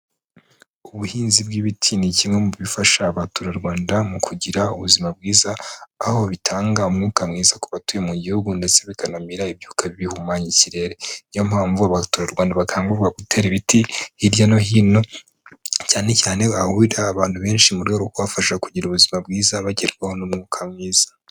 Ubuhinzi bw'ibiti ni kimwe mu bifasha abaturarwanda mu kugira ubuzima bwiza, aho bitanga umwuka mwiza ku batuye mu gihugu ndetse bikanamira ibyuka bibi bihumanya ikirere, ni yo mpamvu abaturarwanda bakangurirwa gutera ibiti hirya no hino, cyane cyane ahahurira abantu benshi mu rwego rwo kubafasha kugira ubuzima bwiza bagerwaho n'umwuka mwiza.